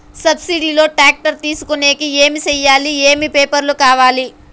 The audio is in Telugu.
సబ్సిడి లో టాక్టర్ తీసుకొనేకి ఏమి చేయాలి? ఏమేమి పేపర్లు కావాలి?